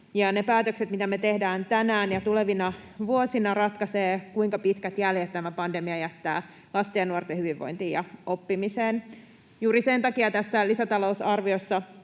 päätökset, mitä me tehdään tänään ja tulevina vuosina, ratkaisevat, kuinka pitkät jäljet tämä pandemia jättää lasten ja nuorten hyvinvointiin ja oppimiseen. Juuri sen takia tässä lisätalousarviossa